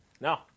No